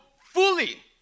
fully